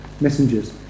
messengers